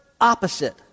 opposite